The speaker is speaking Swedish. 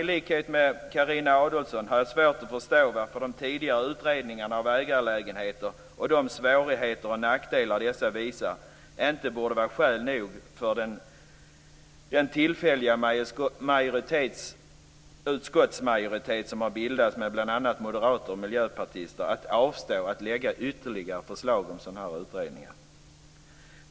I likhet med Carina Adolfsson har jag svårt att förstå varför de tidigare utredningarna av ägarlägenheter och de svårigheter och nackdelar som dessa visar på inte är skäl nog för den tillfälliga utskottsmajoriteten, som har bildats med bl.a. moderater och miljöpartister, att avstå från att lägga fram förslag om ytterligare utredningar.